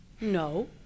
no